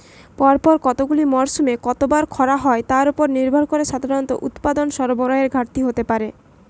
পরপর কতগুলি মরসুমে কতবার খরা হয় তার উপর নির্ভর করে সাধারণত উৎপাদন সরবরাহের ঘাটতি হতে পারে